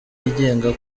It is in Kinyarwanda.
yigenga